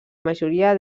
majoria